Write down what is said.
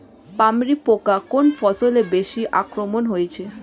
পামরি পোকা কোন ফসলে বেশি আক্রমণ হয়েছে?